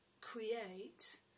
create